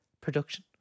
production